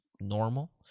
normal